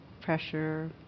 pressure